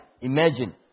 Imagine